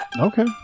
Okay